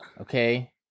Okay